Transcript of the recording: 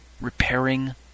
Repairing